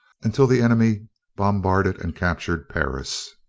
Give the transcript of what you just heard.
until the enemy bombarded and captured paris.